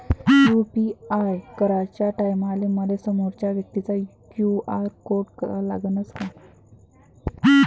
UPI कराच्या टायमाले मले समोरच्या व्यक्तीचा क्यू.आर कोड लागनच का?